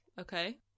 okay